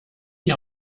die